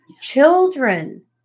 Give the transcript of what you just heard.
children